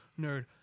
Nerd